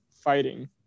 fighting